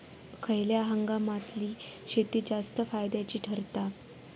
खयल्या हंगामातली शेती जास्त फायद्याची ठरता?